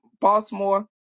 Baltimore